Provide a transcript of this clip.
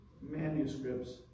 manuscripts